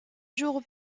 jours